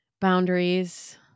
boundaries